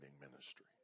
ministry